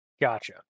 Gotcha